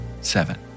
seven